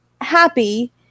happy